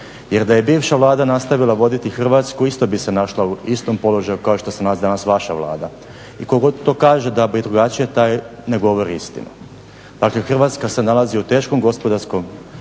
Jer da je bivša Vlada nastavila voditi Hrvatsku isto bi se našla u istom položaju kao što se nalazi danas vaša Vlada. I tko god to kaže da bi drugačije taj ne govori istinu. Dakle Hrvatska se nalazi u teškom gospodarskom